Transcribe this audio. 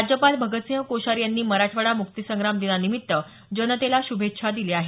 राज्यपाल भगतसिंह कोश्यारी यांनी मराठवाडा मुक्तिसंग्राम दिनानिमित्त जनतेला शुभेच्छा दिल्या आहेत